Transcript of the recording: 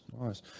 nice